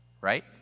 Right